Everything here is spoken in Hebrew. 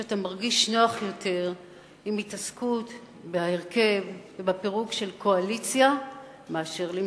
שאתה מרגיש נוח יותר עם התעסקות בהרכב ובפירוק של קואליציה מאשר למשול.